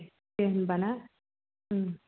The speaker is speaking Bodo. दे होनबाना उम